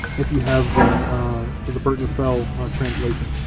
if you have the the burton raffel translation,